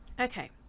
Okay